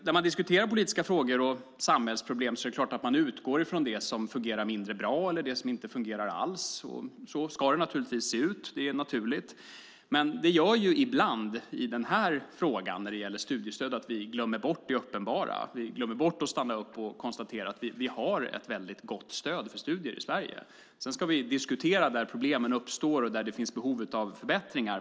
När man diskuterar politiska frågor och samhällsproblem är det klart att man utgår från det som fungerar mindre bra eller det som inte fungerar alls. Så ska det naturligtvis se ut. Det är naturligt. Men det gör ibland i denna fråga som gäller studiestöd att vi glömmer bort det uppenbara. Vi glömmer bort att stanna upp och konstatera att vi har ett väldigt gott stöd för studier i Sverige. Sedan ska vi diskutera de problem som uppstår och de områden där det finns behov av förbättringar.